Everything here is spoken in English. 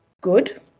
good